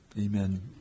Amen